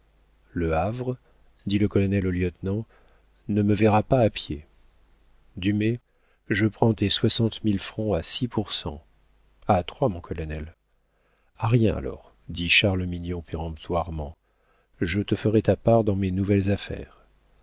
le havre dit le colonel au lieutenant ne me verra pas à pied dumay je prends tes soixante mille francs à six pour cent a trois mon colonel a rien alors dit charles mignon péremptoirement je te ferai ta part dans mes nouvelles affaires